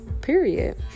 period